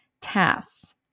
tasks